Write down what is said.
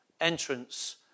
entrance